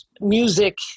music